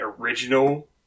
original